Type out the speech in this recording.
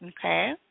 Okay